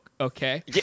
okay